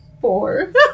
Four